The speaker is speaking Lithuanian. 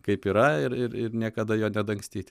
kaip yra ir ir niekada jo nedangstyti